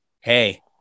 Hey